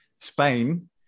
Spain